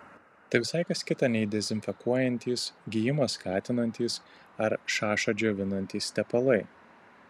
tai visai kas kita nei dezinfekuojantys gijimą skatinantys ar šašą džiovinantys tepalai